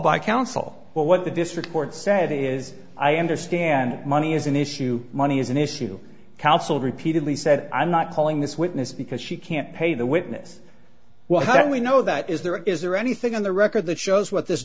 by counsel but what the district court said is i understand money is an issue money is an issue counsel repeatedly said i'm not calling this witness because she can't pay the witness well how can we know that is there is there anything on the record that shows what this